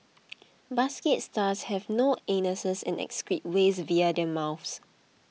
basket stars have no anuses and excrete waste via their mouths